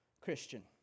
Christian